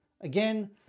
Again